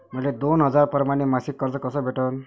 मले दोन हजार परमाने मासिक कर्ज कस भेटन?